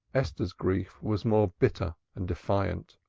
esther's grief was more bitter and defiant.